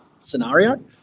scenario